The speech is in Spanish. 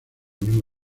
mismo